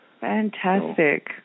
Fantastic